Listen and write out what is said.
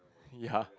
ya